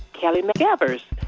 kelly mcevers,